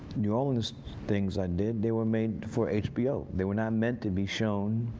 new orleans things i did, they were made for hbo. they were not meant to be shown